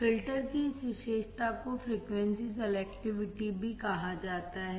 filter की इस विशेषता को फ़्रीक्वेंसी सेलेक्टिविटी भी कहा जाता है